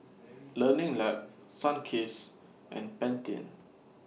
Learning Lab Sunkist and Pantene